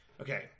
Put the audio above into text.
okay